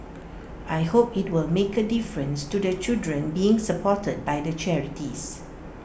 I hope IT will make A difference to the children being supported by the charities